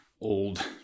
old